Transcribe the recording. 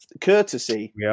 courtesy